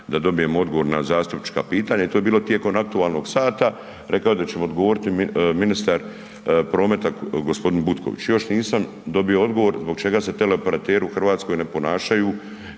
da dobijemo odgovor na zastupnička pitanja i to je bilo tijekom aktualnog sata, rekao je da će mi odgovoriti ministar prometa gospodin Butković. Još nisam dobio odgovor zbog čega se teleoperateri u Hrvatskoj ne ponašanju